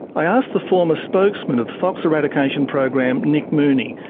i asked the former spokesman of the fox eradication program, nick mooney,